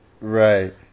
Right